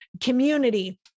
community